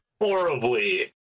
Horribly